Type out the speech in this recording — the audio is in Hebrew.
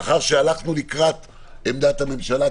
לאחר שהלכנו לקראת עמדת הממשלה,